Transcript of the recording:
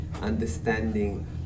understanding